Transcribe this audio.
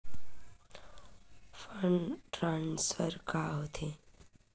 Fund transfer का होथे?